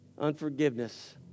unforgiveness